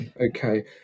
Okay